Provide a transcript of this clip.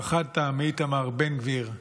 פחדת מאיתמר בן גביר,